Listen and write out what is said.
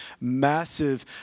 massive